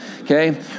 okay